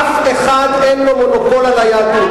אף אחד אין לו מונופול על היהדות.